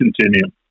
continue